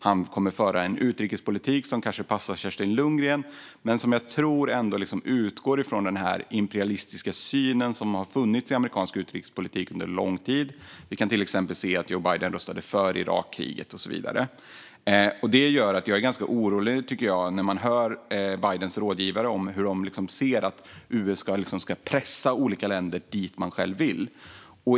Han kommer att föra en utrikespolitik som kanske passar Kerstin Lundgren men som jag ändå tror utgår från den imperialistiska syn som har funnits i amerikansk utrikespolitik under lång tid. Vi kan till exempel se att Joe Biden röstade för Irakkriget och så vidare. Det gör att jag blir ganska orolig när jag hör Bidens rådgivare säga att USA ska pressa olika länder dit man själv vill.